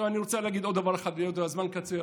אני רוצה להגיד עוד דבר אחד, היות שהזמן קצר.